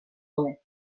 hobe